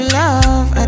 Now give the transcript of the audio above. love